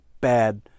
bad